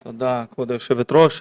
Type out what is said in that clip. תודה, כבוד היושבת-ראש.